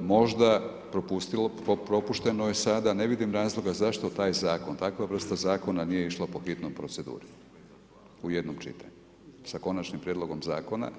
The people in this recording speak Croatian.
možda propušteno je sada, ne vidim razloga zašto taj zakon, takva vrsta zakona, nije išla po hitnoj proceduri u jednom čitanju sa konačnim prijedlogom zakona.